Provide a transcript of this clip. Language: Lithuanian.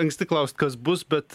anksti klaust kas bus bet